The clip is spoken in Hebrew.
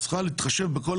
צריכה להתחשב בכל